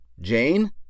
Jane